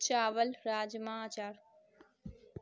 چاول راجمہ اچار